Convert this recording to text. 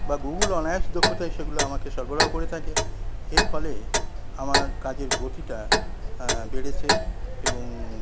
বা গুগল অনায়াসে দক্ষতায় সেটি আমাকে সরবরাহ করে থাকে এর ফলে আমার কাজের গতিটা বেড়েছে এবং